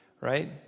right